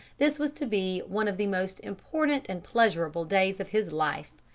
this was to be one of the most important and pleasurable days of his life,